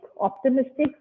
optimistic